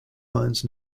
lines